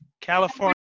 California